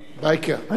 יועץ משפטי.